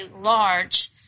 large